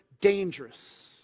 dangerous